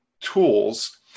tools